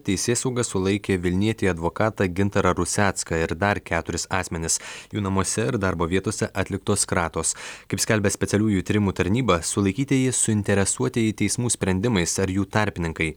teisėsauga sulaikė vilnietį advokatą gintarą rusecką ir dar keturis asmenis jų namuose ir darbo vietose atliktos kratos kaip skelbia specialiųjų tyrimų tarnyba sulaikytieji suinteresuotieji teismų sprendimais ar jų tarpininkai